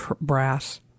Brass